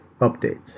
updates